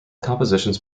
compositions